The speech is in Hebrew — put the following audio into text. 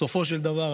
בסופו של דבר,